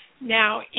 Now